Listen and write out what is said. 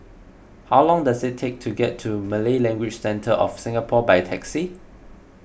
how long does it take to get to Malay Language Centre of Singapore by taxi